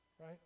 right